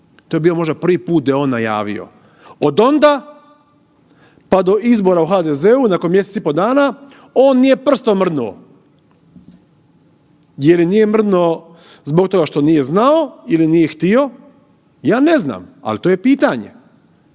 To je možda bio prvi put da je on najavio, od onda pa do izbora u HDZ-u nakon mjesec i pol dana on nije prstom mrdnuo. Jer nije mrdnuo zbog toga što nije znao ili nije htio, ja ne znam, ali to je pitanje?